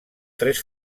tres